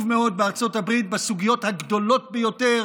מאוד בארצות הברית בסוגיות הגדולות ביותר